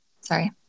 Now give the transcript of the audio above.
Sorry